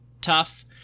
tough